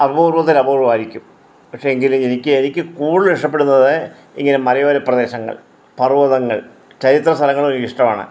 അപൂർവ്വത്തിൽ അപൂർവം ആയിരിക്കും പക്ഷെ എങ്കിലും എനിക്ക് കൂടുതലും ഇഷ്ടപ്പെടുന്നത് ഇങ്ങനെ മലയോര പ്രദേശങ്ങൾ പർവതങ്ങൾ ചരിത്ര സ്ഥലങ്ങളും എനിക്ക് ഇഷ്ടാണ്